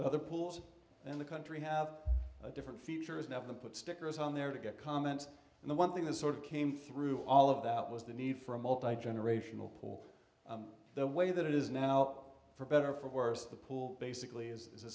other pools in the country have different features never put stickers on there to get comments and the one thing that sort of came through all of that was the need for a multi generational pool the way that it is now for better or for worse the pool basically is is